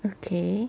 okay